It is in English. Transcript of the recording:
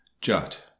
Jut